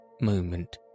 moment